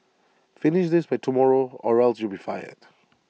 finish this by tomorrow or else you'll be fired